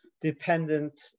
dependent